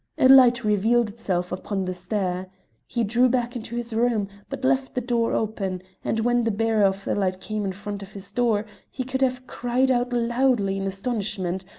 a light revealed itself upon the stair he drew back into his room, but left the door open, and when the bearer of the light came in front of his door he could have cried out loudly in astonishment,